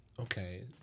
okay